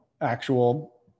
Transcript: actual